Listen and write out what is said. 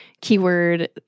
keyword